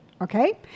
Okay